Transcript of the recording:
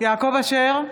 יעקב אשר,